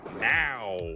now